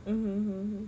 mm mmhmm